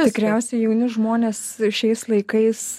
tikriausiai jauni žmonės šiais laikais